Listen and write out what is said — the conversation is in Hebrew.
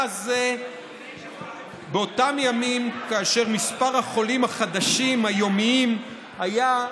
זה היה באותם ימים כאשר מספר החולים החדשים היומיים היה,